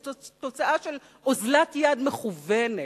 זאת תוצאה של אוזלת יד מכוונת.